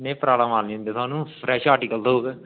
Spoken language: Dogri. में पराना माल निं दिंदा फ्रैश आर्टिकल थ्होग